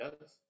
yes